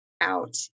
out